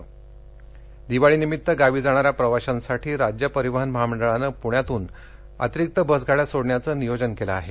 जादा गाडया दिवाळीनिमित्त गावी जाणाऱ्या प्रवाशांसाठी राज्य परिवहन महामंडळानं पुण्यातून जादा बसगाड्या सोडण्याचं नियोजन केलं आहे